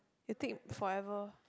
you think forever